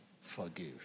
forgive